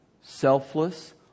selfless